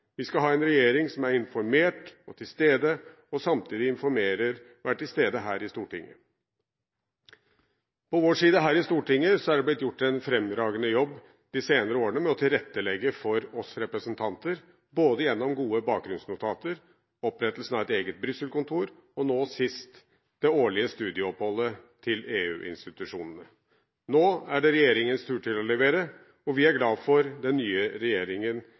Vi skal ha en regjering som er informert og til stede og samtidig informerer og er til stede her i Stortinget. På vår side her i Stortinget er det blitt gjort en fremragende jobb de senere årene med å tilrettelegge for oss representanter, både gjennom gode bakgrunnsnotater, opprettelsen av et eget Brussel-kontor og nå sist det årlige studieoppholdet til EU-institusjonene. Nå er det regjeringens tur til å levere, og vi er glad for at den nye regjeringen